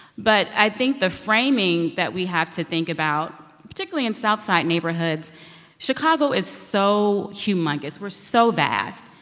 but i think the framing that we have to think about, particularly in south side neighborhoods chicago is so humongous. we're so vast.